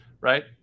right